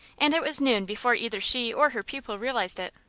and it was noon before either she or her pupil realized it.